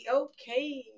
okay